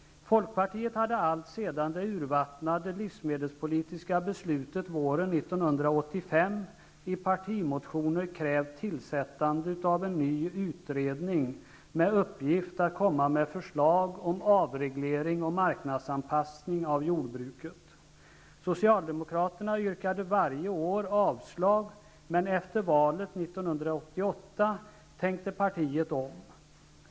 Folkpartiet hade alltsedan det urvattnade livsmedelspolitiska beslutet fattades våren 1985 i partimotioner krävt att en ny utredning skulle tillsättas med uppgift att lägga fram förslag om avreglering och marknadsanpassning av jordbruket. Socialdemokraterna yrkade varje år avslag. Men efter valet 1988 tänkte partiet om.